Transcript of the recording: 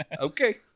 Okay